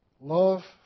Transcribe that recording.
love